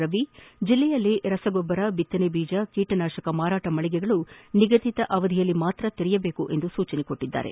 ರವಿ ಜಿಲ್ಲೆಯಲ್ಲಿ ರಸಗೊಬ್ಬರ ಬಿತ್ತನೆ ಬೀಜ ಕೀಟ ನಾಶಕ ಮಾರಾಟ ಮಳಗೆಗಳು ನಿಗದಿತ ಅವಧಿಯಲ್ಲಿ ಮಾತ್ರ ತೆರೆಯಬೇಕೆಂದು ಸೂಚಿಸಿದ್ದಾರೆ